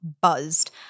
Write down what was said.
buzzed